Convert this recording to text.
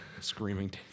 screaming